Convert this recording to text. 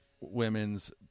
women's